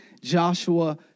Joshua